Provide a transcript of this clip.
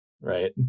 right